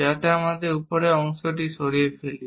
যাতে আমরা উপরের অংশটি সরিয়ে ফেলি